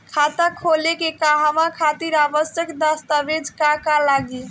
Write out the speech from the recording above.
खाता खोले के कहवा खातिर आवश्यक दस्तावेज का का लगी?